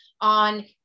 on